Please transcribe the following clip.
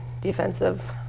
defensive